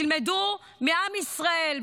תלמדו מעם ישראל.